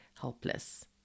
helpless